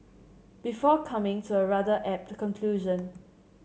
before coming to a rather apt conclusion